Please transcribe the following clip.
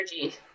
energy